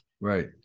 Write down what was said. Right